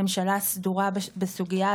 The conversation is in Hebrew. היום יום ראשון כ"ד בתשרי התשפ"ג,